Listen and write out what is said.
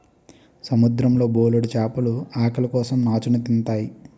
సముద్రం లో బోలెడు చేపలు ఆకలి కోసం నాచుని తింతాయి